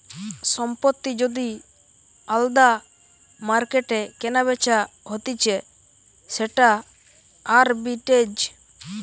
সম্পত্তি যদি আলদা মার্কেটে কেনাবেচা হতিছে সেটা আরবিট্রেজ